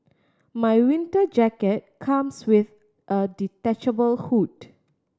my winter jacket comes with a detachable hood